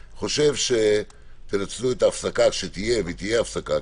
שאני חושב שבסוגיה הזאת כבר הייתה התייחסות של היושב-ראש,